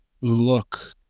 look